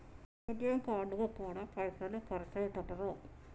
ATM కార్డుకు గూడా పైసలు ఖర్చయితయటరో